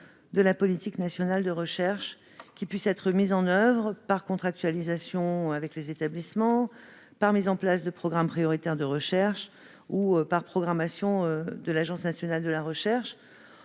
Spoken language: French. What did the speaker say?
de la politique nationale de recherche, qui seraient mises en oeuvre par contractualisation avec les établissements, déploiement de programmes prioritaires de recherche ou programmations de l'Agence nationale de la recherche,